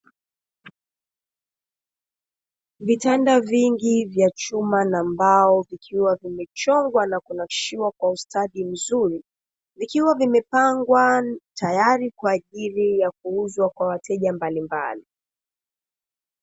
Vitanda vingi vya chuma na mbao vikiwa vimechongwa na kunakishiwa kwa ustadi mzuri, vikiwa vimepangwa tayari kwa ajili ya kuuzwa kwa wateja mablimbali.